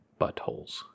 buttholes